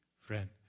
friend